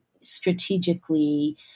strategically